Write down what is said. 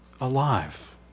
alive